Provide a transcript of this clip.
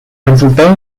resultado